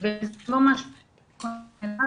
זה לא משהו שאפשר להיות מוכנים אליו,